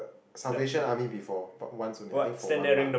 Salvation Army before but once only I think for one month